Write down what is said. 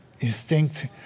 instinct